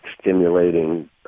stimulating